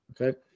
Okay